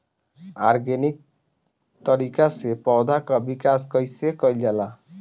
Organic तरीका से पौधा क विकास कइसे कईल जाला?